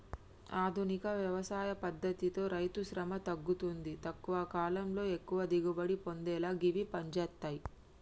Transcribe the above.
ఆధునిక వ్యవసాయ పద్దతితో రైతుశ్రమ తగ్గుతుంది తక్కువ కాలంలో ఎక్కువ దిగుబడి పొందేలా గివి పంజేత్తయ్